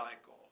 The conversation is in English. cycle